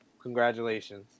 Congratulations